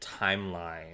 timeline